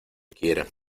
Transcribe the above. quiera